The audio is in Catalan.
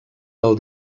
del